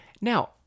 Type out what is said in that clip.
now